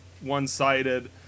one-sided